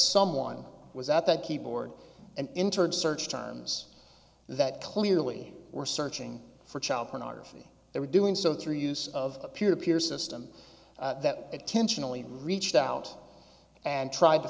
someone was at that keyboard an internet search terms that clearly were searching for child pornography they were doing so through use of peer to peer system that attention only reached out and tried to